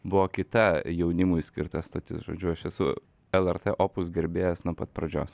buvo kita jaunimui skirta stotis žodžiu aš esu lrt opus gerbėjas nuo pat pradžios